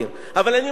אבל אני מכיר,